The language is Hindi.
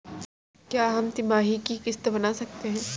क्या हम तिमाही की किस्त बना सकते हैं?